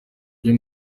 byo